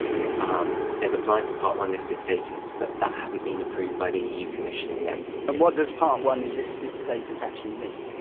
um they've applied for part one listed status but that hasn't been approved by the eu commission yet whiteand and what does part one listed status actually mean?